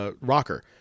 rocker